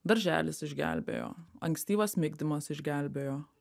darželis išgelbėjo ankstyvas migdymas išgelbėjo